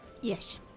Yes